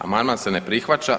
Amandman se ne prihvaća.